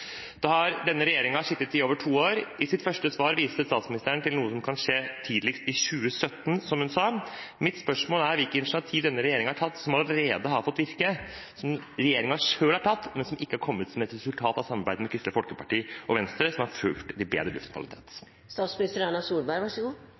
har denne regjeringen sittet i over to år. I sitt første svar viste statsministeren til noe som kan skje tidligst i 2017, som hun sa. Mitt spørsmål er: Hvilke initiativer har denne regjeringen tatt som allerede har fått virke – som regjeringen selv har tatt, som ikke har kommet som et resultat av samarbeidet med Kristelig Folkeparti og Venstre – som har ført til bedre luftkvalitet?